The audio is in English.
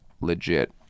legit